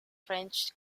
french